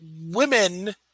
women